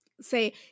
say